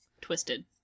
twisted